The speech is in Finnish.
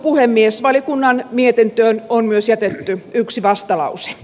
valiokunnan mietintöön on myös jätetty yksi vastalause